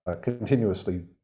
continuously